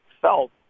felt